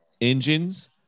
engines